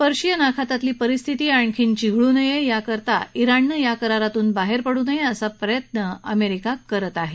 Persian आखातातली परिस्थिती अधिक चिघळू नये याकरता इराणनं या करारातून बाहेर पडू नये असा प्रयत्न अमेरिका करत आहे